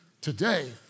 today